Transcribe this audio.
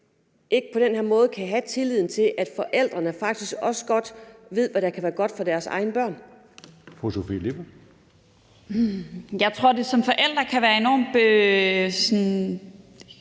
ikke på den her måde kan have tilliden til, at forældrene faktisk også godt ved, hvad der kan være godt for deres egne børn. Kl. 18:28 Tredje næstformand